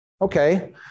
Okay